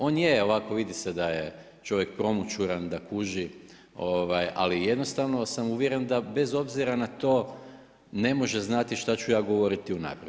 On je ovako vidi se da je čovjek promućuran, da kuži, ali jednostavno sam uvjeren da bez obzira na to ne može znati šta ću ja govoriti unaprijed.